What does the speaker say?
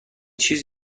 چیز